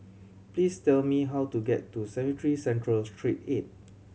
please tell me how to get to Cemetry Central Street Eight